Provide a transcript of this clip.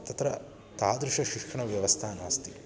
तत्र तादृशशिक्षणव्यवस्था नास्ति